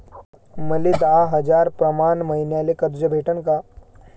मले दहा हजार प्रमाण मईन्याले कर्ज भेटन का?